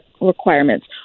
requirements